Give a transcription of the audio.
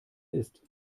ist